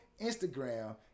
Instagram